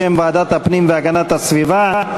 בשם ועדת הפנים והגנת הסביבה.